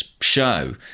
show